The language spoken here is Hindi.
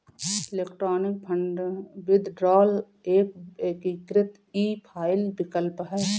इलेक्ट्रॉनिक फ़ंड विदड्रॉल एक एकीकृत ई फ़ाइल विकल्प है